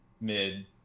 mid